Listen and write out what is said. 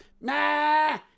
Nah